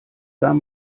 sah